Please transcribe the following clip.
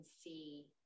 see